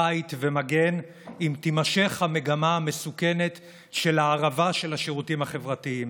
בית ומגן אם תימשך המגמה המסוכנת של ההרעבה של השירותים החברתיים.